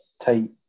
tight